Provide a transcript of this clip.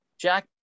Jack